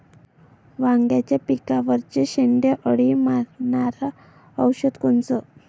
वांग्याच्या पिकावरचं शेंडे अळी मारनारं औषध कोनचं?